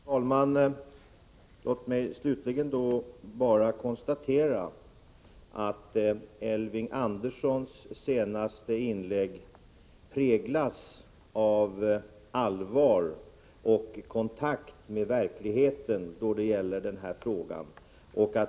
Herr talman! Låt mig slutligen bara konstatera att Elving Anderssons senaste inlägg präglades av allvar och kontakt med verkligheten när det gäller denna fråga.